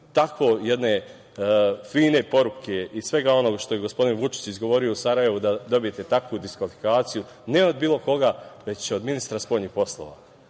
tako jedne fine poruke i svega onoga što je gospodin Vučić izgovorio u Sarajevu, da dobijete takvu diskvalifikaciju, ne od bilo koga već od ministra spoljnih poslova,